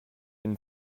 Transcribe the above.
une